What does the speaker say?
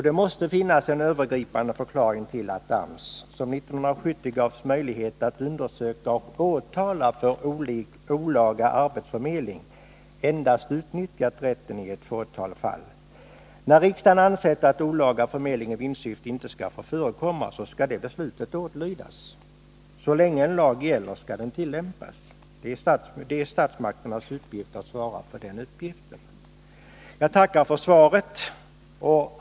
Det måste finnas en övergripande förklaring till att AMS, som 1970 gavs möjlighet att undersöka och åtala när det gäller olaga arbetsförmedling, endast utnyttjat rätten i ett fåtal fall. När riksdagen ansett att olaga arbetsförmedling i vinstsyfte inte skall få förekomma, så skall det beslutet åtlydas. Så länge en lag gäller skall den tillämpas. Det är statsmakternas uppgift att svara för detta. Jag tackar för svaret.